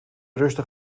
rustig